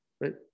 Right